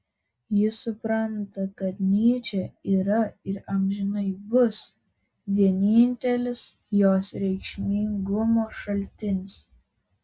ji supranta kad nyčė yra ir amžinai bus vienintelis jos reikšmingumo šaltinis